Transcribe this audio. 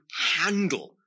handle